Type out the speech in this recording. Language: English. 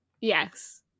Yes